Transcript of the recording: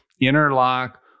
interlock